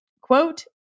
quote